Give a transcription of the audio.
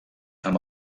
amb